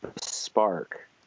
Spark